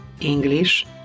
English